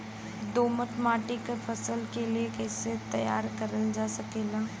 दोमट माटी के फसल के लिए कैसे तैयार करल जा सकेला?